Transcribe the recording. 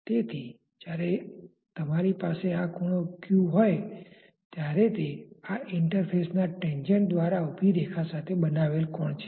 તેથી જ્યારે તમારી પાસે આ ખૂણો q હોય ત્યારે તે આ ઇન્ટરફેસના ટેન્જેન્ટ tangent સ્પર્શક દ્વારા ઉભી રેખા સાથે બનાવેલો કોણ છે